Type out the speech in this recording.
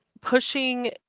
pushing